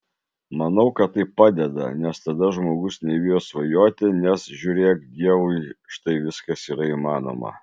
manau kad tai padeda nes tada žmogus nebijo svajoti nes žiūrėk dievui štai viskas yra įmanoma